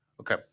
Okay